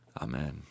Amen